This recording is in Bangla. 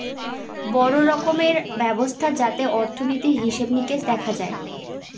বড়ো রকমের ব্যবস্থা যাতে অর্থনীতির হিসেবে নিকেশ দেখা হয়